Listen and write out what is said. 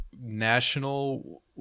national